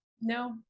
No